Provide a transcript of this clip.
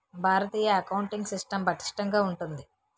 భారతీయ accounting system పటిష్టంగా ఉంటుంది